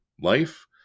life